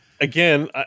Again